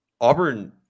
Auburn